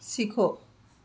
سیکھو